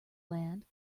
land